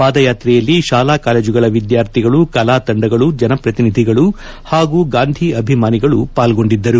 ಪಾದಯಾತ್ರೆಯಲ್ಲಿ ಶಾಲಾ ಕಾಲೇಜುಗಳ ವಿದ್ಯಾರ್ಥಿಗಳು ಕಲಾ ತಂಡಗಳು ಜನಪ್ರತಿನಿಧಿಗಳು ಹಾಗೂ ಗಾಂಧ ಅಭಿಮಾನಿಗಳು ಪಾಲ್ಗೊಂಡಿದ್ದರು